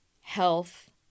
health